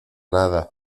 nada